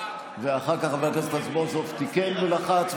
ואחר כך חבר הכנסת רזבוזוב תיקן ולחץ,